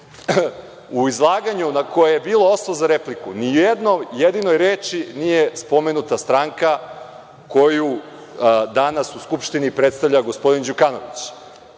izlaganju na koje je bilo osnov za repliku ni jednom jedinom reči nije spomenuta stranka koju danas u Skupštini predstavlja gospodin Đukanović.